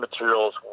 materials